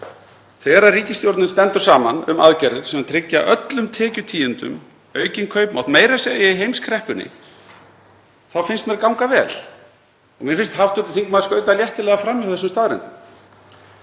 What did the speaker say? Þegar ríkisstjórnin stendur saman um aðgerðir sem tryggja öllum tekjutíundum aukinn kaupmátt, meira að segja í heimskreppunni, þá finnst mér ganga vel. Mér finnst hv. þingmaður skauta léttilega fram hjá þessum staðreyndum.